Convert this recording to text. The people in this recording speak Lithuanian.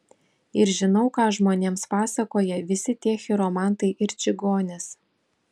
ir žinau ką žmonėms pasakoja visi tie chiromantai ir čigonės